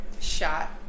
shot